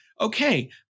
okay